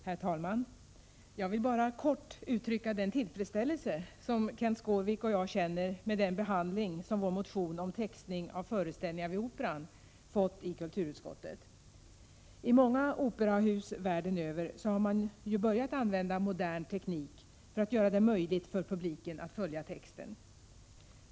Herr talman! Jag vill bara kort uttrycka den tillfredsställelse som Kenth Skårvik och jag känner med den behandling som vår motion om textning av föreställningar vid Operan fått i kulturutskottet. I många operahus världen över har man ju börjat använda modern teknik för att göra det möjligt för publiken att följa texten.